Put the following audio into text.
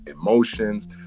emotions